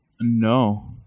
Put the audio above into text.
no